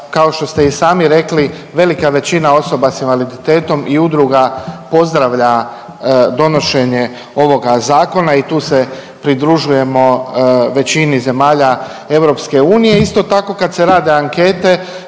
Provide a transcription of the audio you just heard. kao što ste i sami rekli, velika većina osoba s invaliditetom i udruga pozdravlja donošenje ovoga Zakona i tu se pridružujemo većini zemalja EU. Isto tako, kad se rade ankete,